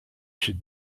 should